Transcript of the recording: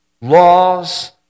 laws